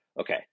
okay